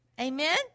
Amen